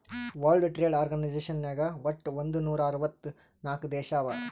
world trade organisation ನಾಗ್ ವಟ್ ಒಂದ್ ನೂರಾ ಅರ್ವತ್ ನಾಕ್ ದೇಶ ಅವಾ